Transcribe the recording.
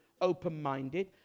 open-minded